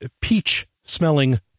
peach-smelling